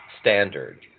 standard